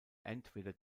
entweder